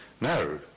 no